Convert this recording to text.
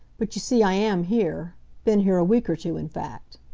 but you see i am here been here a week or two, in fact.